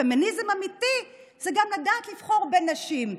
פמיניזם אמיתי זה גם לדעת לבחור בין נשים.